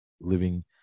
living